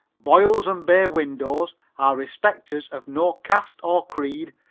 boils and bay-windows are respecters of no caste or creed,